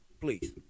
please